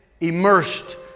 immersed